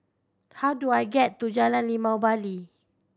how do I get to Jalan Limau Bali